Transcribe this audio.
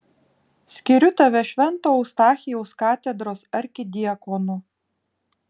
skiriu tave švento eustachijaus katedros arkidiakonu